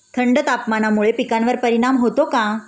थंड तापमानामुळे पिकांवर परिणाम होतो का?